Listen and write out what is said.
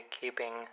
keeping